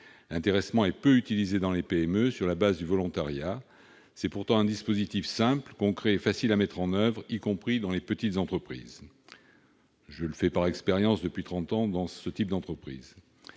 L'intéressement est peu utilisé dans les PME sur la base du volontariat. C'est pourtant un dispositif simple, concret et facile à mettre en oeuvre, y compris dans les petites entreprises : cela fait trente ans que je le pratique.